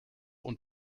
und